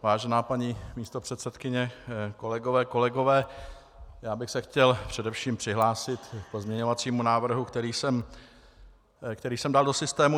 Vážená paní místopředsedkyně, kolegyně, kolegové, já bych se chtěl především přihlásit k pozměňovacímu návrhu, který jsem dal do systému.